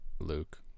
Luke